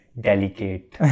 delicate